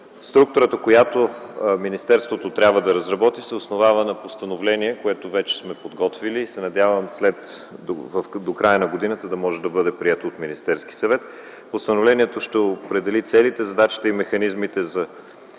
Структурата, която министерството трябва да разработи, се основава на постановление, което вече сме подготвили, и се надявам до края на годината да може да бъде прието от Министерския съвет. Постановлението ще определи целите, задачите и механизмите за